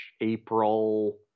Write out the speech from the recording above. April